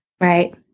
Right